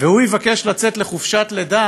והוא יבקש לצאת לחופשת לידה